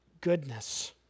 goodness